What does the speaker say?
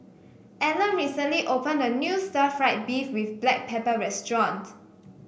Allan recently opened a new Stir Fried Beef with Black Pepper restaurants